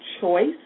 choice